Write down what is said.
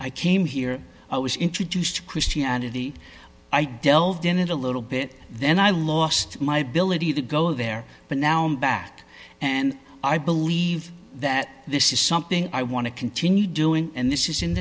i came here i was introduced to christianity i delved into it a little bit then i lost my ability to go there but now i'm back and i believe that this is something i want to continue doing and this is in